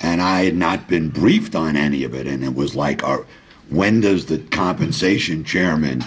and i had not been briefed on any of it and it was like are when does the compensation chairman